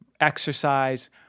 exercise